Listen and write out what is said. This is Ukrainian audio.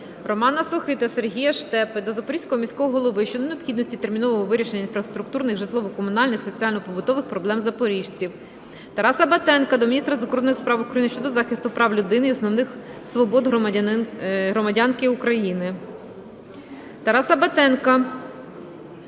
Романа Сохи та Сергія Штепи до Запорізького міського голови щодо необхідності термінового вирішення інфраструктурних, житлово-комунальних, соціально-побутових проблем запоріжців. Тараса Батенка до міністра закордонних справ України щодо захисту прав людини і основних свобод громадянки України. Тараса Батенка до тимчасово виконуючого обов'язки